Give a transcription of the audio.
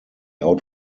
out